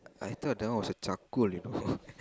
I thought that one was a charcoal you know